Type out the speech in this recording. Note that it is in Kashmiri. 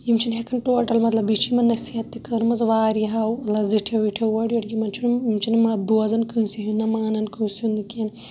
یِم چھِنہٕ ہیٚکان ٹوٹَل مَطلَب بییٚہِ چھِ نصیحت تہِ کٔرمٕژ واریاہَو زِٹھیٚو وٹھیٚو اورٕ یورٕ یِمَن چھُنہٕ یِم چھِنہٕ بوزان کٲنٛسے ہُنٛد نہ مانان کٲنٛسہِ ہُنٛد نہ کیٚنٛہہ